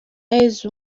yezu